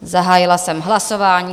Zahájila jsem hlasování.